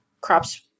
crops